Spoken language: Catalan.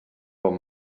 bon